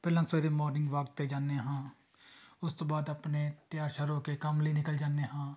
ਪਹਿਲਾਂ ਸਵੇਰੇ morning walk 'ਤੇ ਜਾਂਦੇ ਹਾਂ ਉਸ ਤੋਂ ਬਾਅਦ ਆਪਣੇ ਤਿਆਰ ਸ਼ਿਆਰ ਹੋ ਕੇ ਕੰਮ ਲਈ ਨਿਕਲ ਜਾਂਦੇ ਹਾਂ